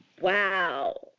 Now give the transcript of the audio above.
Wow